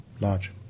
large